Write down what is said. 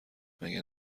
مگه